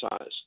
size